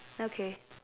okay